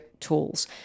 Tools